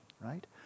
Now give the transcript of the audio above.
right